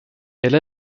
elle